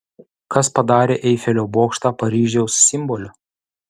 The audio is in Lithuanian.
kas padarė eifelio bokštą paryžiaus simboliu